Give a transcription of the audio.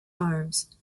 arms